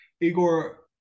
igor